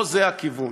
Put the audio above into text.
לא זה הכיוון.